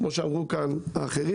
כמו שאמרו כאן האחרים,